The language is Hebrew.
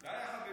לא,